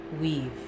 weave